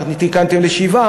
לא, אמרת 9, אחר תיקנתם ל-7.